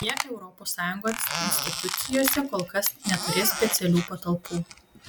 jie europos sąjungos institucijose kol kas neturės specialių patalpų